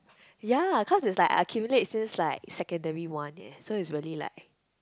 yea cause is like accumulate since like secondary one leh so is really like